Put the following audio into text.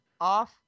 off